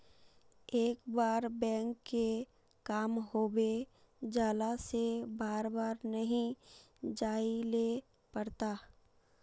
एक बार बैंक के काम होबे जाला से बार बार नहीं जाइले पड़ता?